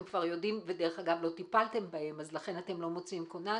יודעים ולא טיפלתם בהם - ולכן אתם לא מוציאים כונן?